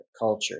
culture